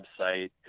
website